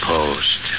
Post